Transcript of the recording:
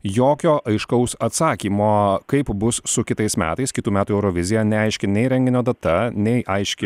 jokio aiškaus atsakymo kaip bus su kitais metais kitų metų eurovizija neaiški nei renginio data nei aiški